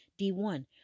D1